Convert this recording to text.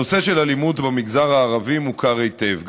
הנושא של האלימות במגזר הערבי מוכר היטב,